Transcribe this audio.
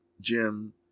Jim